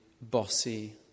bossy